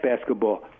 basketball